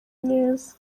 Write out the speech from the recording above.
neza